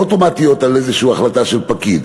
הן לא אוטומטיות על-פי איזושהי החלטה של פקיד.